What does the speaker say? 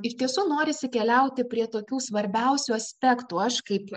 iš tiesų norisi keliauti prie tokių svarbiausių aspektų aš kaip